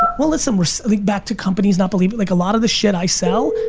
well listen, we're selling back to companies not believing, like a lot of the shit i sell,